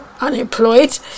unemployed